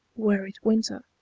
were it winter,